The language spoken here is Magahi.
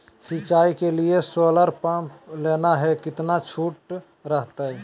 सिंचाई के लिए सोलर पंप लेना है कितना छुट रहतैय?